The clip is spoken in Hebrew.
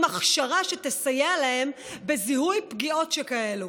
הכשרה שתסייע להם בזיהוי פגיעות שכאלה,